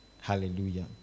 Hallelujah